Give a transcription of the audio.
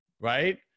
Right